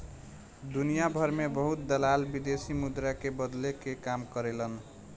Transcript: दुनियाभर में बहुत दलाल विदेशी मुद्रा के बदले के काम करेलन